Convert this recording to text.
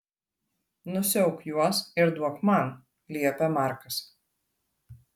nusiauk juos ir duok man liepia markas